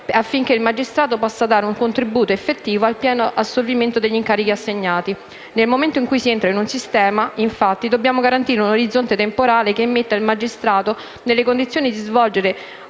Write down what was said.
affinché il magistrato possa dare un contributo effettivo al pieno assolvimento degli incarichi assegnati: nel momento in cui si entra in un sistema, infatti, dobbiamo garantire un orizzonte temporale che metta il magistrato nelle condizioni di svolgere